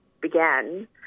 began